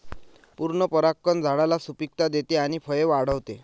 पूर्ण परागकण झाडाला सुपिकता देते आणि फळे वाढवते